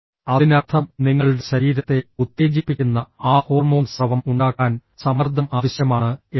അതിനർത്ഥം നിങ്ങളുടെ ശരീരത്തെ ഉത്തേജിപ്പിക്കുന്ന ആ ഹോർമോൺ സ്രവം ഉണ്ടാക്കാൻ സമ്മർദ്ദം ആവശ്യമാണ് എന്നാണ്